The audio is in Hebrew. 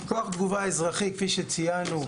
כוח תגובה אזרחי כפי ציינו,